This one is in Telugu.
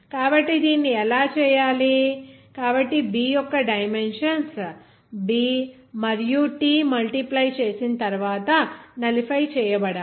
కాబట్టి దీన్ని ఎలా చేయాలి కాబట్టి 'b' యొక్క డైమెన్షన్స్ b మరియు t మల్టిప్లై చేసిన తరువాత నలిఫై చేయబడాలి